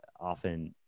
often